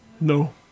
no